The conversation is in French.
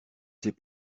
sais